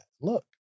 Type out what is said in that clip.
Look